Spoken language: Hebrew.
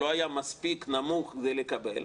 לא היה מספיק נמוך כדי לקבל,